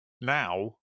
now